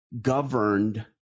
governed